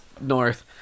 north